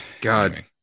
God